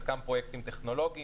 חלקם פרויקטים טכנולוגיים,